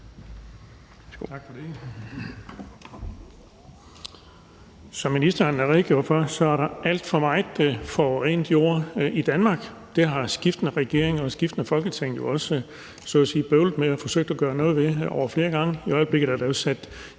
Som ministeren redegjorde for, er der alt for meget forurenet jord i Danmark. Det har skiftende regeringer og skiftende Folketing også så at sige bøvlet med og forsøgt at gøre noget ved ad flere omgange. I øjeblikket er der jo sat